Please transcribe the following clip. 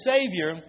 Savior